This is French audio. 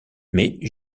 mais